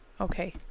Okay